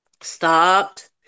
stopped